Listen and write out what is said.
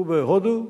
ובהודו,